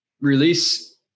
release